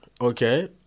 Okay